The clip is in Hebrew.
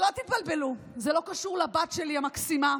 שלא תתבלבלו, זה לא קשור לבת שלי, המקסימה,